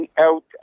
out